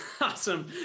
awesome